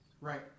Right